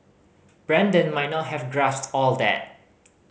Brandon might not have grasped all that